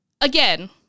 again